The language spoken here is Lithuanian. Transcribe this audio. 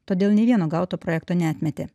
todėl nei vieno gauto projekto neatmetė